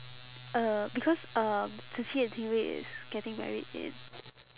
uh because um zi qi and ting wei is getting married in